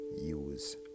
use